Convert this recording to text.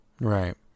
Right